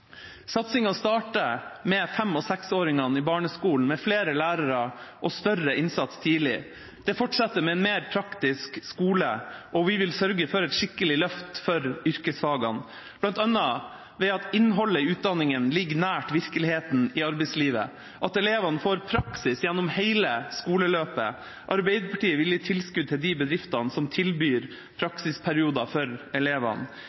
starter med fem- og seksåringene i barneskolen – med flere lærere og større innsats tidlig. Den fortsetter med en mer praktisk skole, og vi vil sørge for et skikkelig løft for yrkesfagene, bl.a. ved at innholdet i utdanningen ligger nært virkeligheten i arbeidslivet, og at elevene får praksis gjennom hele skoleløpet. Arbeiderpartiet vil gi tilskudd til de bedriftene som tilbyr praksisperioder for elevene.